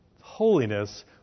holiness